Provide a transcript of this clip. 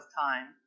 time